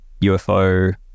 ufo